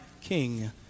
king